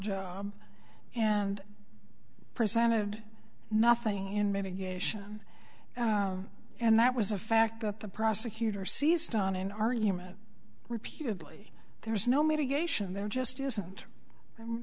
job and presented nothing in mitigation and that was a fact that the prosecutor seized on an argument repeatedly there was no medication there just isn't i'm